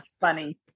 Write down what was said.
funny